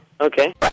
Okay